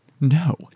no